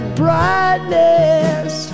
brightness